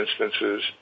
instances